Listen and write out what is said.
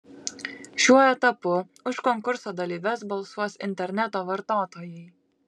šiuo etapu už konkurso dalyves balsuos interneto vartotojai